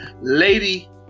lady